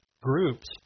groups